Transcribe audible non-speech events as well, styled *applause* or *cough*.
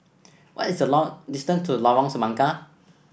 what is the *unintelligible* distance to Lorong Semangka